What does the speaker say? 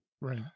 Right